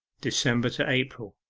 december to april